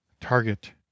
target